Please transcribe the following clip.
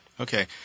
Okay